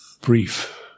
brief